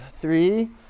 Three